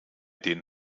den